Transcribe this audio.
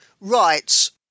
rights